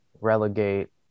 relegate